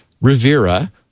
Rivera